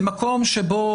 במקום שבו